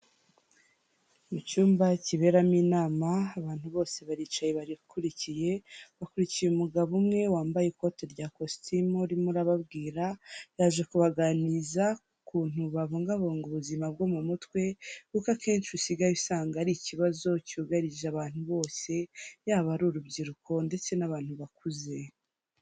Icyumba kiberamo inama, abantu bose baricaye barakurikiye, bakurikiye umugabo umwe wambaye ikoti rya kositimu, urimo arababwira, yaje kubaganiriza kuntu babungabunga ubuzima bwo mu mutwe, kuko akenshi usigaye usanga ari ikibazo cyugarije abantu bose, yaba ari urubyiruko ndetse n'abantu bakuze.